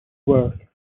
work